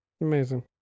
Amazing